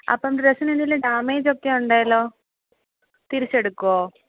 അപ്പം ഡ്രെസ്സിന് എന്തെങ്കിലും ഡാമേജ് ഒക്കെ ഉണ്ടെങ്കിലോ തിരിച്ച് എടുക്കുമോ